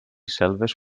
selves